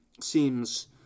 seems